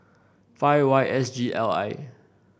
five Y S G L I